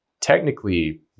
technically